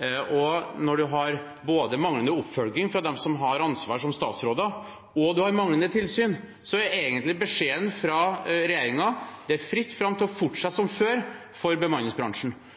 Når man har både manglende oppfølging fra dem som har ansvar som statsråder, og manglende tilsyn, er beskjeden fra regjeringen egentlig: Det er fritt fram for å fortsette som før for bemanningsbransjen.